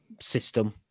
system